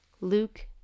Luke